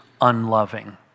unloving